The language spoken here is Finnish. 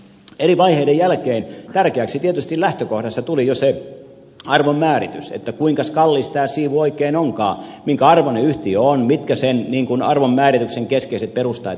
eri vaiheiden jälkeen tärkeäksi lähtökohdaksi tietysti tuli se arvonmääritys että kuinka kallis tämä siivu oikein onkaan minkä arvoinen yhtiö on mitkä sen arvonmäärityksen keskeiset perusteet ovat